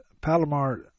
Palomar